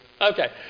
Okay